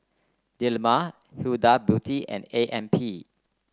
Dilmah Huda Beauty and A M P